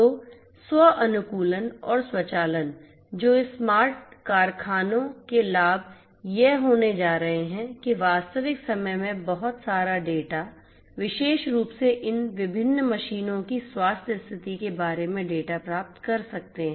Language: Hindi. तो स्व अनुकूलन और स्वचालन तो इस स्मार्ट कारखानों के लाभ यह होने जा रहे हैं कि वास्तविक समय में बहुत सारा डेटा विशेष रूप से इन विभिन्न मशीनों की स्वास्थ्य स्थिति के बारे में डेटा प्राप्त कर सकते हैं